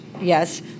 yes